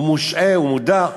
הוא מושעה, הוא מודח.